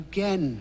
Again